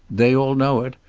they all know it.